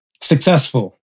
successful